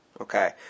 Okay